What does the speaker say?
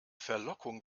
verlockung